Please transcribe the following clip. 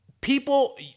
people